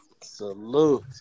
Salute